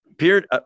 appeared